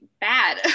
bad